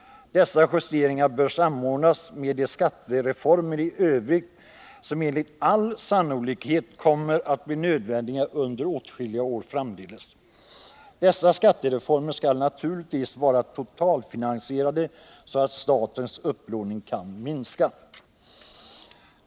Dessa justeringar bör samordnas med de skattereformer i övrigt som enligt all sannolikhet kommer att bli nödvändiga under åtskilliga år framdeles. Dessa skattereformer skall naturligtvis vara totalfinansierade så att statens upplåning kan minska.